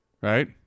Right